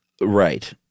Right